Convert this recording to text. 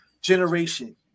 generation